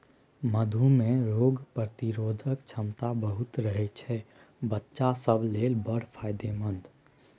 मधु मे रोग प्रतिरोधक क्षमता बहुत रहय छै बच्चा सब लेल बड़ फायदेमंद